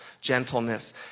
gentleness